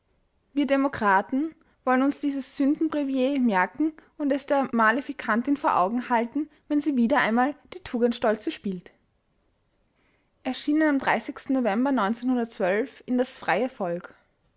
wir demokraten wollen uns dieses sündenbrevier merken und es der maleficantin vor augen halten wenn sie wieder einmal die tugendstolze spielt erschienen am november in das freie volk